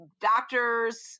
doctors